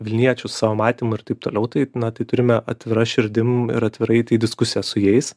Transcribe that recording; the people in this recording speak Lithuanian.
vilniečių savo matymu ir taip toliau tai na tai turime atvira širdim ir atvirai eiti į diskusiją su jais